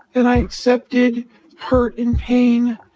and i accepted hurt and pain